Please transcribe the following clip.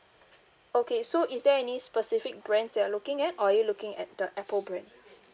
okay so is there any specific brands you're looking at or are you looking at the Apple brand